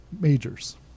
majors